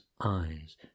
eyes